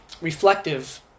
reflective